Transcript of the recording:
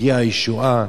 הגיעה הישועה,